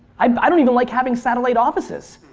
i don't like having satellite offices.